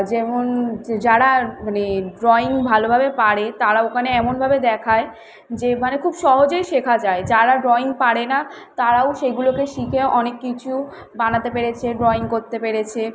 যেমন যে যারা মানে ড্রয়িং ভালোভাবে পারে তারা ওখানে এমনভাবে দেখায় যে মানে খুব সহজেই শেখা যায় যারা ড্রয়িং পারে না তারাও সেগুলোকে শিখে অনেক কিছু বানাতে পেরেচে ড্রয়িং করতে পেরেছে